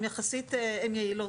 הן יעילות.